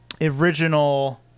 original